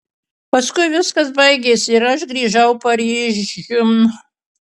paskui viskas baigėsi ir aš grįžau paryžiun